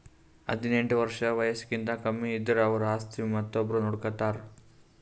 ಹದಿನೆಂಟ್ ವರ್ಷ್ ವಯಸ್ಸ್ಕಿಂತ ಕಮ್ಮಿ ಇದ್ದುರ್ ಅವ್ರ ಆಸ್ತಿ ಮತ್ತೊಬ್ರು ನೋಡ್ಕೋತಾರ್